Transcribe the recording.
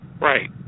right